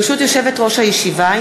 ברשות יושבת-ראש הישיבה,